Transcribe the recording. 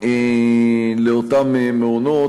לאותם מעונות,